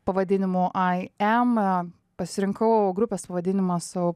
pavadinimu i am pasirinkau grupės pavadinimą su